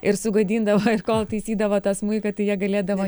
ir sugadindavo kol taisydavo tą smuiką tai jie galėdavo